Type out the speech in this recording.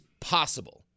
possible